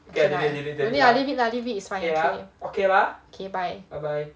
no need lah leave it lah leave it it's fine okay okay bye